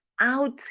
out